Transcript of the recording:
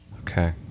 Okay